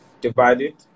divided